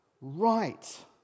Right